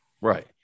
Right